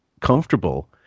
comfortable